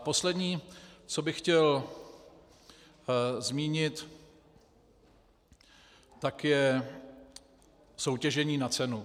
Poslední, co bych chtěl zmínit, je soutěžení na cenu.